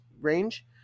range